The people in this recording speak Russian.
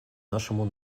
нашему